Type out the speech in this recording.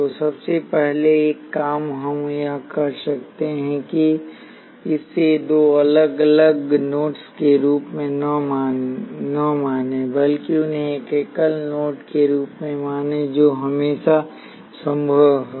तो सबसे पहले एक काम हम यह कर सकते हैं इसे दो अलग अलग नोड्स के रूप में न मानें बल्कि उन्हें एक एकल नोड के रूप में मानें जो हमेशा संभव हो